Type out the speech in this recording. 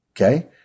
Okay